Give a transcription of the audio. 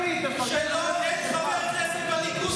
אני רק חושב שאין חבר כנסת בליכוד שהיה כותב דבר כזה,